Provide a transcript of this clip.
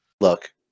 Look